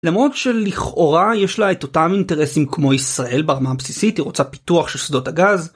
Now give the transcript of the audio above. למרות שלכאורה יש לה את אותם אינטרסים כמו ישראל ברמה הבסיסית, היא רוצה פיתוח של שדות הגז